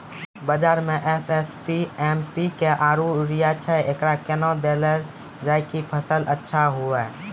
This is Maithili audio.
बाजार मे एस.एस.पी, एम.पी.के आरु यूरिया छैय, एकरा कैना देलल जाय कि फसल अच्छा हुये?